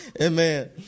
Amen